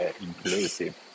inclusive